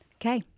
Okay